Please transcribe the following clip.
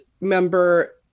member